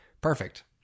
Perfect